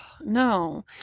No